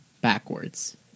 backwards